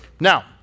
Now